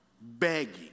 begging